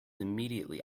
immediately